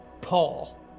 Paul